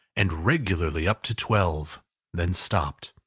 and regularly up to twelve then stopped.